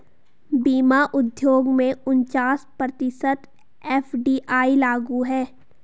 बीमा उद्योग में उनचास प्रतिशत एफ.डी.आई लागू है